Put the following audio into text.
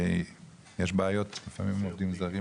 שיש בעיות לפעמים עם עובדים זרים,